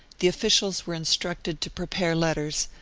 the officials were instructed to prepare letters,